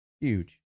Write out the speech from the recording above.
Huge